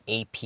AP